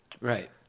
right